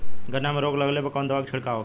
गन्ना में रोग लगले पर कवन दवा के छिड़काव होला?